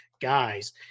guys